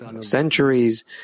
centuries